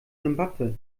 simbabwe